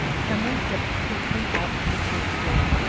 some one stepped quickly out from the church door.